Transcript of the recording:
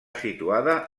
situada